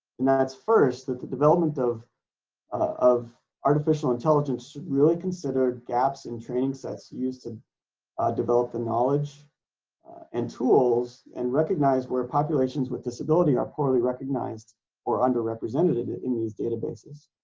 and that's first that the development of of artificial intelligence should really consider gaps in training sets used to develop the knowledge and tools and recognize where populations with disability are poorly recognized or underrepresented in these databases.